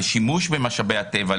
לשימוש במשאבי הטבע,